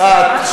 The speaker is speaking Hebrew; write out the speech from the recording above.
יפעת,